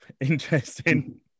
interesting